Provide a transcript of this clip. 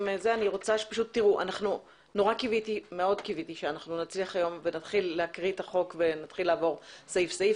קיוויתי שנצליח לצלול לנבכי הנוסח.